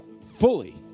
fully